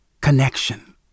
connection